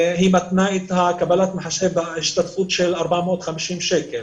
מתנות את קבלת המחשב בהשתתפות של 450 שקל.